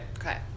Okay